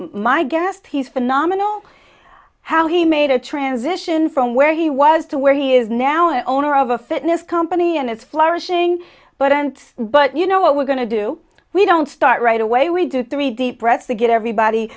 guest he's phenomenal how he made a transition from where he was to where he is now an owner of a fitness company and it's flourishing but i want but you know what we're going to do we don't start right away we do three deep breaths to get everybody